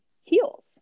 heels